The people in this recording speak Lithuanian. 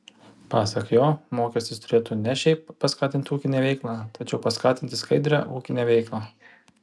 pasak jo mokestis turėtų ne šiaip paskatinti ūkinę veiklą tačiau paskatinti skaidrią ūkinę veiklą